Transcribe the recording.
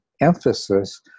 emphasis